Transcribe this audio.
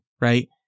right